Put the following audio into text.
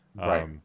Right